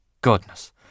Goodness